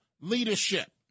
leadership